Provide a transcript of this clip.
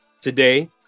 Today